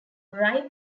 rye